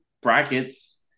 brackets